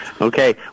Okay